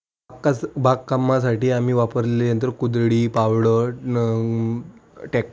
आताच बाग कामासाठी आम्ही वापरलेले यंत्र कुदळी पावड अन् टॅक्टर